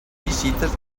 visites